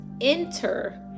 enter